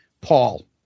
Paul